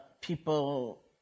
people